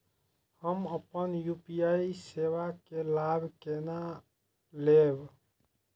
हम अपन यू.पी.आई सेवा के लाभ केना लैब?